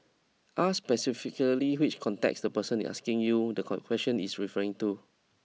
ask specifically which context the person is asking you the con question is referring to